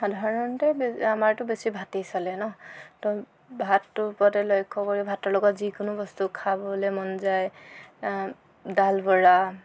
সাধাৰণতে আমাৰতো বেছি ভাতেই চলে ন ত ভাতটোৰ ওপৰতে লক্ষ্য কৰি ভাতৰ লগত যিকোনো বস্তু খাবলৈ মন যায় দাল বৰা